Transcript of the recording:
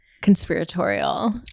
conspiratorial